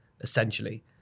essentially